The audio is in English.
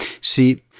See